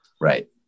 Right